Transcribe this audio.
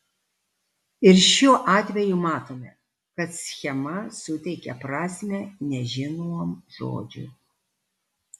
ir šiuo atveju matome kad schema suteikia prasmę nežinomam žodžiui